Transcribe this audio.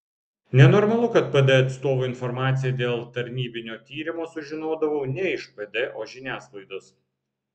nenormalu kad pd atstovų informaciją dėl tarnybinio tyrimo sužinodavau ne iš pd o žiniasklaidos